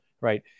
right